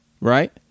right